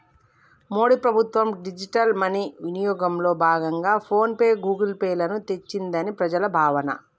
మోడీ ప్రభుత్వం digital money వినియోగంలో భాగంగా ఫోన్ పే, గూగుల్ పే లను తెచ్చిందని ప్రజల భావన